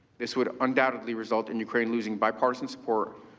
this will undoubtedly result in ukraine losing bipartisan support,